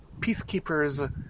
peacekeepers